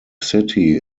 city